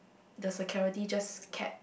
the security just kept